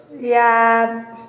या